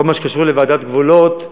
בכל מה שקשור לוועדת גבולות,